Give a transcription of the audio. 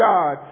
God